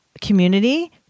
community